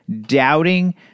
doubting